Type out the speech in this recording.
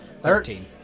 Thirteen